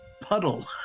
puddle